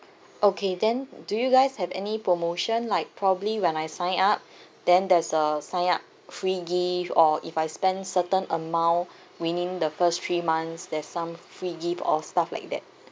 okay then do you guys have any promotion like probably when I sign up then there's a sign up free gift or if I spend certain amount within the first three months there's some free gift or stuff like that